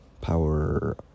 power